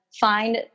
find